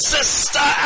Sister